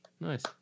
Nice